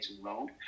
Road